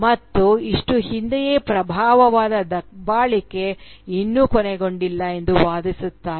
ಮತ್ತು ಇಷ್ಟು ಹಿಂದೆಯೇ ಪ್ರಾರಂಭವಾದ ದಬ್ಬಾಳಿಕೆ ಇನ್ನೂ ಕೊನೆಗೊಂಡಿಲ್ಲ ಎಂದು ವಾದಿಸುತ್ತಾರೆ